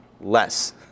less